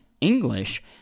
English